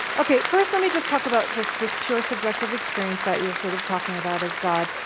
okay. first, let me just talk about just this pure, subjective experience that you're sort of talking about as god.